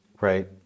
Right